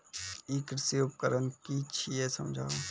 ई कृषि उपकरण कि छियै समझाऊ?